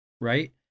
right